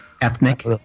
Ethnic